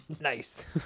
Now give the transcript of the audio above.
Nice